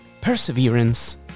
perseverance